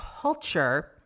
culture